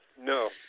No